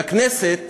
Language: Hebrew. והכנסת,